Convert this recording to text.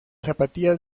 zapatillas